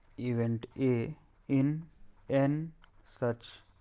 event a in n such